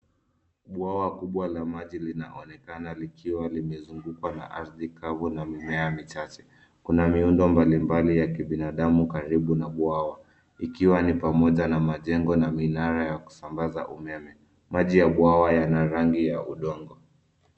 Bwawa kubwa la maji linaonekana likiwa limezungukwa na ardhi kavu na mimea michache. Kuna miundo mbali mbali ya kibinadamu karibu na bwawa, ikiwa ni pamoja na majengo na minara ya kusambaza umeme. Maji ya bwawa yana rangi ya udongo.